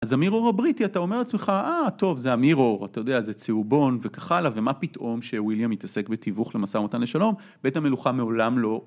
אז המירור הבריטי אתה אומר לעצמך אה טוב זה המירור, אתה יודע, זה צהובון וכך הלאה ומה פתאום שוויליאם מתעסק בתיווך למשא ומתן לשלום בית המלוכה מעולם לא